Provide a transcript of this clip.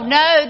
no